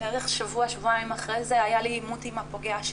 בערך שבוע-שבועיים אחרי זה היה לי עימות עם הפוגע שלי,